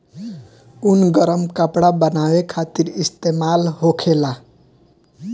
ऊन गरम कपड़ा बनावे खातिर इस्तेमाल होखेला